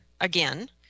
again